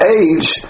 age